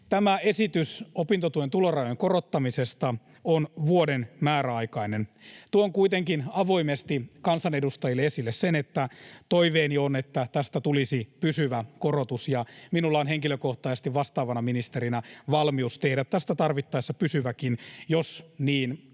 Tämä esitys opintotuen tulorajojen korottamisesta on määräaikainen vuodeksi. Tuon kuitenkin avoimesti kansanedustajille esille sen, että toiveeni on, että tästä tulisi pysyvä korotus, ja minulla on henkilökohtaisesti vastaavana ministerinä valmius tehdä tästä tarvittaessa pysyväkin, jos niin